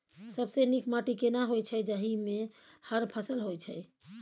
सबसे नीक माटी केना होय छै, जाहि मे हर फसल होय छै?